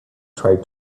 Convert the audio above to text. tried